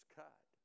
cut